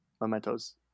Memento's